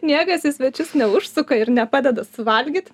niekas į svečius neužsuka ir nepadeda suvalgyt